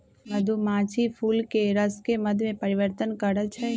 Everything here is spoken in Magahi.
मधुमाछी फूलके रसके मध में परिवर्तन करछइ